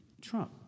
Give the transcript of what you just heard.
Trump